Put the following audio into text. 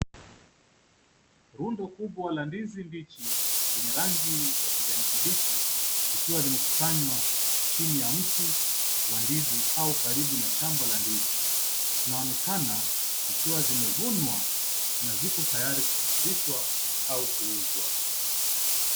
Rundo kubwa la ndizi mbichi lenye rangi ya kijani kibichi zikiwa zimekusanywa chini ya mti wa ndizi au karibu na shamba la ndizi. Zinaonekana zikiwa zimevunwa na zipo tayari kusafirishwa au kuuzwa.